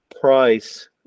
price